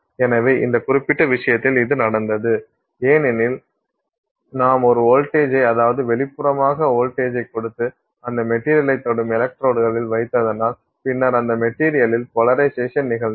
எனவே இந்த குறிப்பிட்ட விஷயத்தில் இது நடந்தது ஏனெனில் நாம் ஒரு வோல்டேஜய் அதாவது வெளிப்புறமாக வோல்டேஜய் கொடுத்து அந்த மெட்டீரியல்ளைத் தொடும் எலக்ட்ரோட்களில் வைத்ததனால் பின்னர் அந்த மெட்டீரியல்லில் போலரைசேஷன் நிகழ்ந்தது